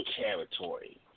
territory